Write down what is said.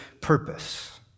purpose